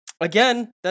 Again